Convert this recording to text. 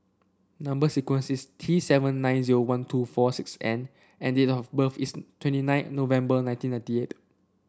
number sequence is T seven nine zero one two four six N and date of birth is twenty nine November nineteen ninety eight